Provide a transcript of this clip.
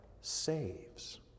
saves